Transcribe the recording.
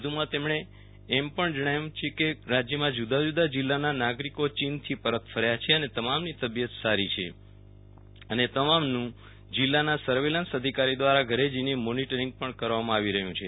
વધુમાં તેમણે એમ પણ જણાવ્યુ છે કે રાજ્યમાં જુદા જુદા જીલ્લાનાં નાગરિકો ચીનથી પરત ફર્યા છે અને તમામની તબિયત સારી છે અને તમામનું જીલ્લાના સર્વેલન્સ અધિકારી દ્વારા ઘરે જઇને મોનિટરીંગ પણ કરવામાં આવી રહ્યુ છે